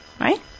Right